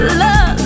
love